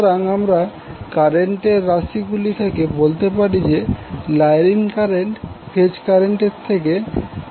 সুতরাং আমরা কারেন্টের রাশি গুলি থেকে বলতে পারি যে লাইন কারেন্ট ফেজ কারেন্ট থেকে 30০ পিছিয়ে থাকে